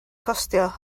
costio